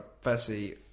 firstly